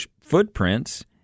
footprints